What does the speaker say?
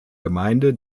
gemeinde